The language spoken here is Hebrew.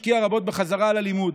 משקיע רבות בחזרה על הלימוד.